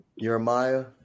Jeremiah